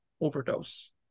overdose